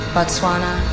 Botswana